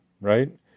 right